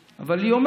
היא תכף תגיד,